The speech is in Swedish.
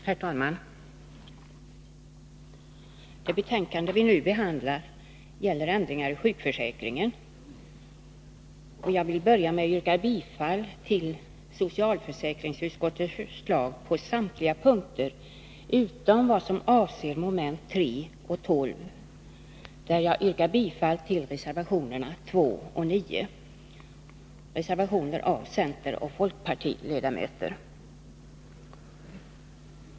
Herr talman! Det betänkande som vi nu behandlar gäller ändringar i sjukförsäkringen. Jag vill börja med att yrka bifall till socialförsäkringsutskottets hemställan i samtliga moment utom momenten 3 och 12, där jag yrkar bifall till reservationerna 2 och 9 av centeroch folkpartiledamöter.